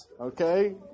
okay